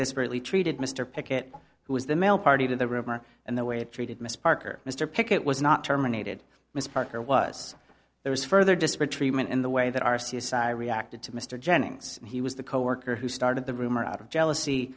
discretely treated mr pickett who was the male party to the rumor and the way it treated mr parker mr pickett was not terminated miss parker was there was further disparate treatment in the way that our society reacted to mr jennings and he was the coworker who started the rumor out of jealousy